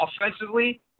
offensively